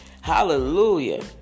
Hallelujah